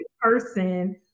person